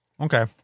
Okay